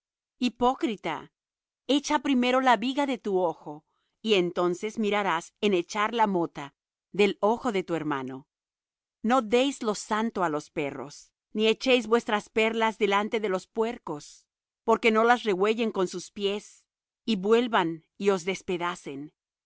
hipócrita echa primero la viga de tu ojo y entonces mirarás en echar la mota del ojo de tu hermano no deis lo santo á los perros ni echéis vuestras perlas delante de los puercos porque no las rehuellen con sus pies y vuelvan y os despedacen